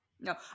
no